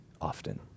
often